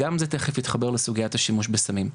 וגם זה תיכף יתחבר לסוגיית השימוש בסמים.